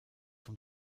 beim